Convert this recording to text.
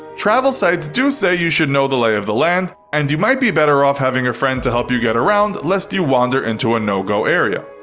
travel sites do say you should know the lay of the land, and you might be better off having a friend to help you get around lest you wander into a no-go area.